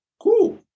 cool